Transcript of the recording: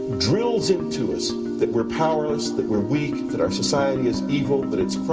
drills into us that we are powerless, that we are weak, that our society is evil, that it's